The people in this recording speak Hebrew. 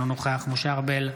אינו נוכח משה ארבל,